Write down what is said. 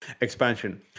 expansion